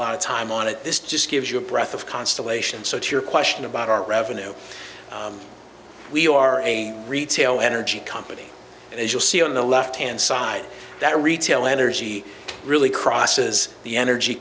lot of time i'm on it this just gives you a breath of constellation so to your question about our revenue we are a retail energy company and as you'll see on the left hand side that retail energy really crosses the energy